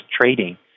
Trading